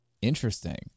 Interesting